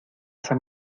esa